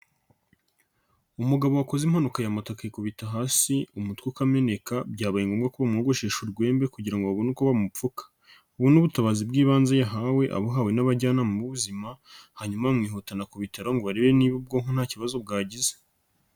umugabo wakoze impanuka ya moto akikubita hasi, umutwe ukameneka, byabaye ngombwa ko bamwogoshesha urwembe kugira ngo babone uko bamupfuka. Ubu ni ubutabazi bw'ibanze yahawe, ubuhawe n'abajyanama b'ubuzima, hanyuma bamwihutana ku bitaro ngo barebe niba ubwonko nta kibazo bwagize.